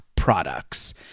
products